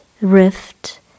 rift